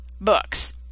books